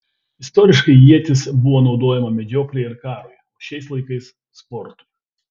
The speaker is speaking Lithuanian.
istoriškai ietis buvo naudojama medžioklei ir karui o šiais laikais sportui